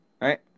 Right